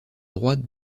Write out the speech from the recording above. droite